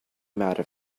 matter